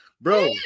Bro